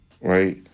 right